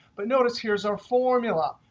but notice, here's our formula.